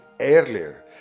earlier